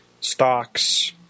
stocks